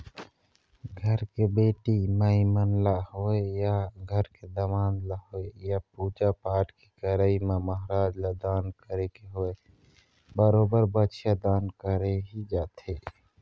घर के बेटी माई मन ल होवय या घर के दमाद ल होवय या पूजा पाठ के करई म महराज ल दान करे के होवय बरोबर बछिया दान करे ही जाथे